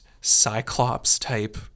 Cyclops-type